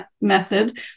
method